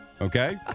okay